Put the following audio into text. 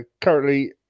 currently